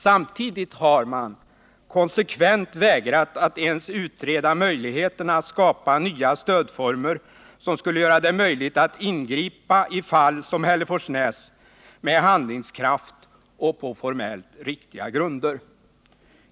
Samtidigt har man konsekvent vägrat att ens utreda möjligheterna att skapa nya stödformer som skulle göra dét möjligt att i fall som Hälleforsnäs ingripa med handlingskraft och på formellt riktiga grunder.